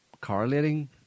correlating